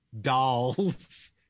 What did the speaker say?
dolls